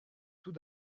tout